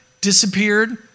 disappeared